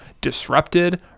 disrupted